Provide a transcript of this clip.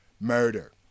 murder